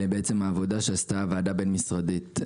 לעבודה שעשתה הוועדה הבין-משרדית.